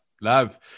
love